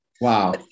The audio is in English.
Wow